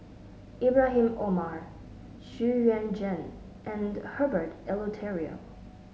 Ibrahim Omar Xu Yuan Zhen and Herbert Eleuterio